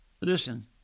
listen